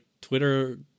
Twitter